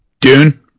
Dune